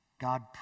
God